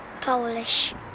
Polish